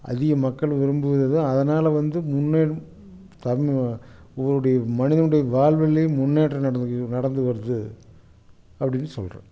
அதிக மக்கள் விரும்புவது அதான் அதனால் வந்து முன்னே தமிழ் மனிதனுடைய வாழ்வுலையும் முன்னேற்றம் நடந்து நடந்து வருது அப்படின்னு சொல்லுறேன்